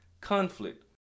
conflict